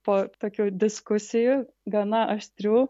po tokių diskusijų gana aštrių